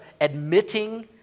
admitting